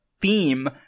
theme